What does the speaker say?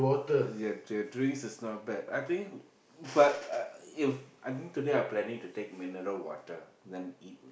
ya the drinks is not bad I think but I If I think today I'm planning to take mineral water then eat